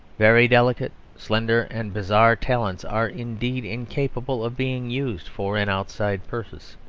very delicate, slender, and bizarre talents are indeed incapable of being used for an outside purpose,